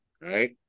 Right